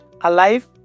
alive